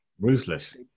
Ruthless